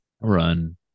run